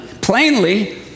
plainly